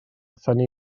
thynnu